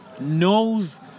Knows